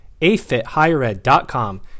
AFITHigherEd.com